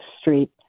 street